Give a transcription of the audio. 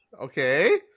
Okay